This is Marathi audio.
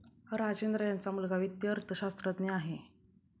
राजेंद्र यांचा मुलगा वित्तीय अर्थशास्त्रज्ञ आहे